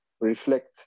reflect